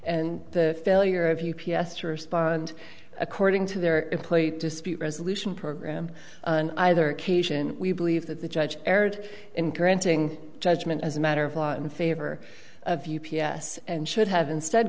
and the failure of u p s to respond according to their employee dispute resolution program on either occasion we believe that the judge erred in granting judgment as a matter of law in favor of u p s and should have instead